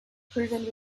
proven